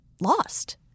lost